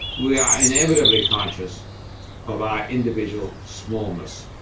we are inevitably conscious of our individual smallness.